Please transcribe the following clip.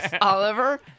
oliver